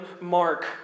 mark